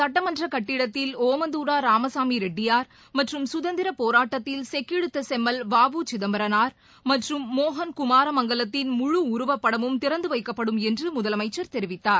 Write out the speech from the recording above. சுட்டமன்றக் கட்டிடத்தில் ஓமந்துாரார் ராமசாமி ரெட்டியார் மற்றும் சுதந்திர போராட்டத்தில் செக்கிழுத்த செம்மல் வ உ சிதம்பரனார் மற்றும் மோகன் குமாரமங்கலத்தின் முழு உருவப்படமும் திறந்து வைக்கப்படும் என்று முதலமைச்சர் தெரிவித்தார்